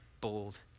bold